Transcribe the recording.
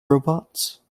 robots